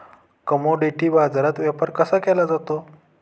Commodity बाजारात व्यापार कसा केला जातो?